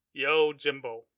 Yojimbo